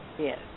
Yes